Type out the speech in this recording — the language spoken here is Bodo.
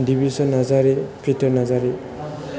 दिबिसन नारजारि प्रिटम नारजारि